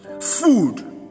food